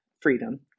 freedom